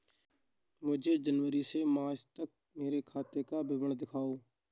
मुझे जनवरी से मार्च तक मेरे खाते का विवरण दिखाओ?